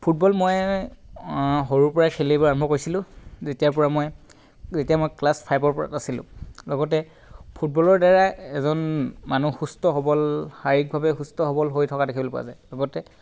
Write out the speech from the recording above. football মই সৰুৰ পৰাই খেলিবলৈ আৰম্ভ কৰিছিলো তেতিয়াৰ পৰা মই যেতিয়া মই ক্লাছ ফাইভৰ পৰা আছিলো লগতে ফুটবলৰ দ্বাৰা এজন মানুহ সুস্থ সবল শাৰিৰীকভাৱে সুস্থ সবল হৈ থকা দেখিবলৈ পোৱা যায় লগতে